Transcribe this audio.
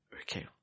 Okay